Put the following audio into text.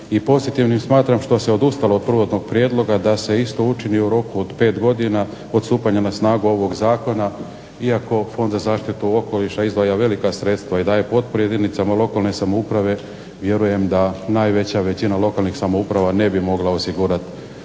pozitivnim smatram što se odustalo od prvotnog prijedloga da se isto učini u roku od 5 godina od stupanja na snagu ovog zakona, iako Fond za zaštitu okoliša izdvaja velika sredstva i daje potpore jedinicama lokalne samouprave, vjerujem da najveća većina lokalnih samouprava ne bi mogla osigurati